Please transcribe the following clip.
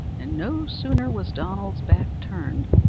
and no sooner was donald's back turned,